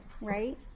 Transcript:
right